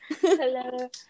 hello